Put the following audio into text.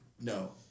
No